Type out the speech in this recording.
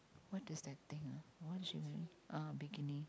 what is that thing ah what is she wearing uh bikini